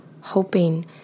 hoping